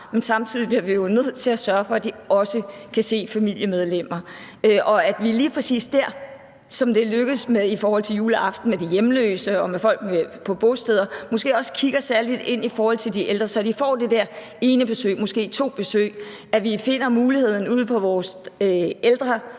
men samtidig bliver vi jo nødt til at sørge for, at de også kan se familiemedlemmer, og lige præcis dér skal vi måske, ligesom det er lykkedes i forhold til juleaften med de hjemløse og med folk på bosteder, også kigge særligt ind i forhold til de ældre, så de får det der ene besøg, måske to besøg, ved at vi opstiller alternative muligheder ude på vores